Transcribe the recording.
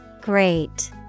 Great